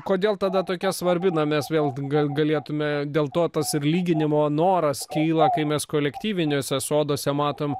kodėl tada tokia svarbi na mes vėl gal gal galėtume dėl to tas ir lyginimo noras kyla kai mes kolektyviniuose soduose matom